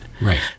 Right